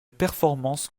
performance